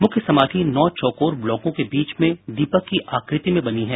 मुख्य समाधि नौ चौकोर ब्लॉकों के बीच में दीपक की आकृति में बनी है